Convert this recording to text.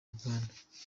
ruganda